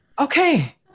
okay